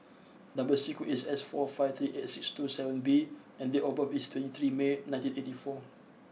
number sequence is S four five three eight six two seven B and date of birth is twenty three May nineteen eighty four